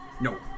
No